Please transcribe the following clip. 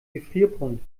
gefrierpunkt